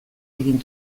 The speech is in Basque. egin